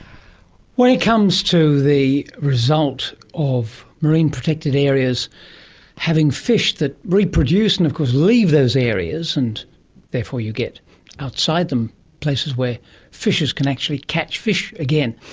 when it comes to the result of marine protected areas having fish that reproduce and of course leave those areas and therefore you get outside them places where fishers can actually catch fish again,